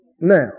now